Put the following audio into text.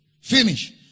Finish